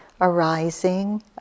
arising